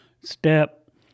step